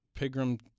Pigram